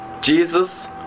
Jesus